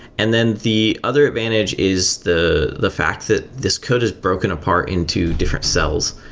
and then the other advantage is the the fact that this code is broken apart into different cells.